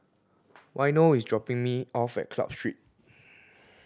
Waino is dropping me off at Club Street